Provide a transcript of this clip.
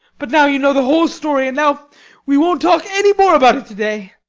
but now you know the whole story and now we won't talk any more about it to-day.